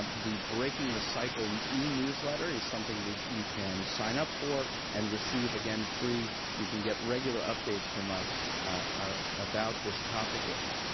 the breaking the cycle and e-newsletter, is something that you can sign up for and receive, again, free. you can get regular updates from us about this topic area.